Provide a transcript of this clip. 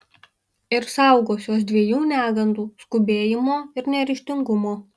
ir saugosiuos dviejų negandų skubėjimo ir neryžtingumo